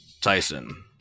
Tyson